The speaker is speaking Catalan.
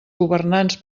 governants